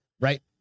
right